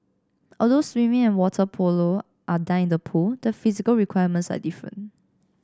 although swimming and water polo are done in the pool the physical requirements are different